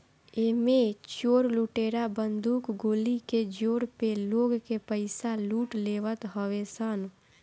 एमे चोर लुटेरा बंदूक गोली के जोर पे लोग के पईसा लूट लेवत हवे सन